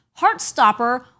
Heartstopper